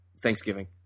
Thanksgiving